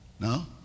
No